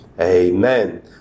Amen